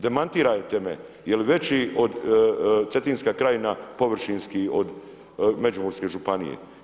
Demantirajte me je li veći Cetinska krajina površinski od Međimurske županije?